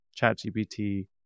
ChatGPT